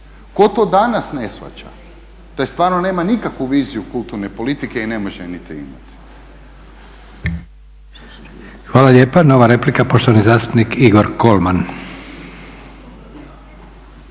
Tko to danas ne shvaća taj stvarno nema nikakvu viziju kulturne politike i ne može je niti imati. **Leko, Josip (SDP)** Hvala lijepa. Nova replika, poštovani zastupnik Igor Kolman.